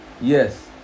Yes